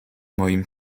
moim